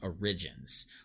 Origins